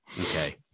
Okay